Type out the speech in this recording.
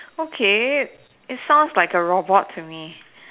okay it sounds like a robot to me